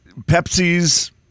Pepsi's